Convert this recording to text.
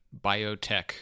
biotech